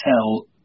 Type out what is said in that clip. tell